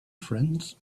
friends